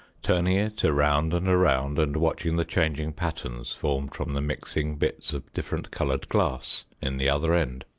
turning it around and around and watching the changing patterns formed from the mixing bits of different colored glass in the other end.